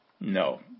No